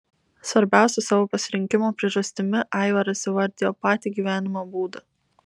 svarbiausia savo pasirinkimo priežastimi aivaras įvardijo patį gyvenimo būdą